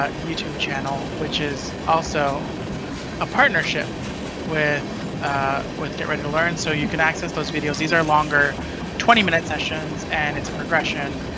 ah youtube channel, which is also a partnership with with get ready to learn, so you can access those videos. these are longer twenty minute sessions and it's a progression.